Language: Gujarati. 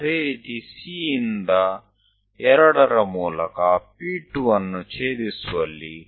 અને એ જ રીતે C પાસે 2 થઈને જ્યાં પણ તે છેદે છે તે P2